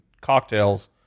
cocktails